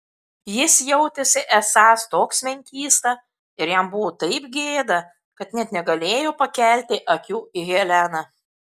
jis jautėsi esąs toks menkysta ir jam buvo taip gėda kad net negalėjo pakelti akių į heleną